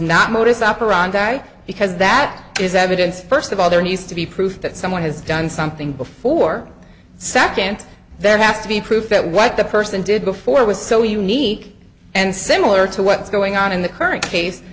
not modus operandi because that is evidence first of all there needs to be proof that someone has done something before sac and there has to be proof that what the person did before was so unique and similar to what's going on in the current case